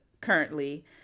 currently